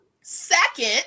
Second